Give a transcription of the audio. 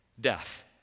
death